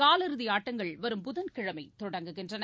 காலிறுதி ஆட்டங்கள் வரும் புதன்கிழமை தொடங்குகின்றன